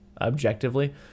objectively